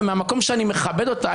ומהמקום שאני מכבד אותה,